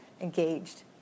engaged